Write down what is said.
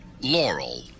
Laurel